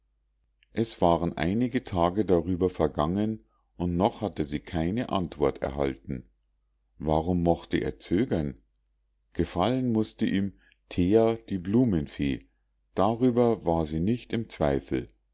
es waren einige tage darüber vergangen und noch hatte sie keine antwort erhalten warum mochte er zögern gefallen mußte ihm thea die blumenfee darüber war sie nicht im zweifel